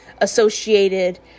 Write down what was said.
associated